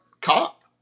cop